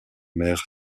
maire